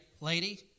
lady